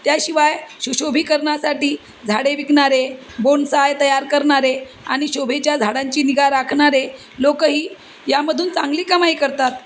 त्याशिवाय सुशोभीकरणासाठी झाडे विकणारे बोनसाय तयार करणारे आणि शोभेच्या झाडांची निगा राखणारे लोकंही यामधून चांगली कमाई करतात